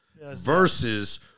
Versus